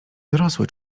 dorosły